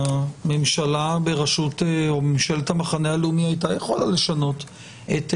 ממשלת המחנה הלאומי הייתה יכולה לשנות את חוק-יסוד: